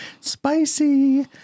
Spicy